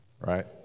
right